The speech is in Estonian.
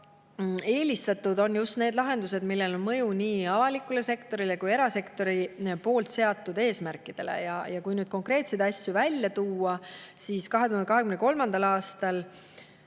Eelistatud on just need lahendused, millel on mõju nii avalikule sektorile kui ka erasektori poolt seatud eesmärkidele. Kui nüüd konkreetseid asju välja tuua, siis 2023. aastal